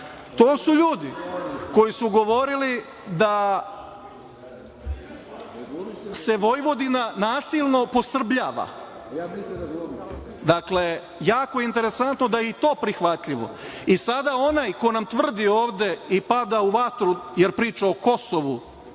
to su ljudi koji su govorili da se Vojvodina nasilno posrbljava. Dakle, jako interesantno je da je i to prihvatljivo. I sada onaj ko nam tvrdi ovde i pada u vatru jer priča o Kosovu,